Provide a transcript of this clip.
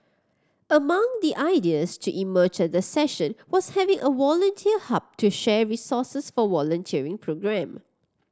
among the ideas to emerge the session was having a volunteer hub to share resources for volunteering programme